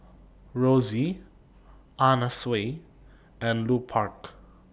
Roxy Anna Sui and Lupark